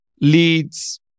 leads